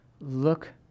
Look